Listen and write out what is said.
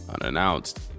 Unannounced